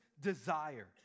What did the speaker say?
desire